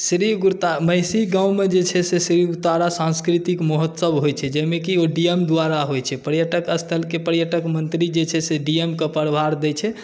श्री गुरता महिषी गाममे जे छै से श्री उग्रतारा सांस्कृतिक महोत्सव होइ छै जाहिमे की ओ डी एम द्वारा होइ छै पर्यटक स्थलके पर्यटक मंत्री जे छै डी एमके प्रभार दै छै